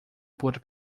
por